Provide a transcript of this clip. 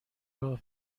راه